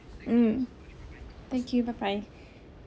mm thank you bye bye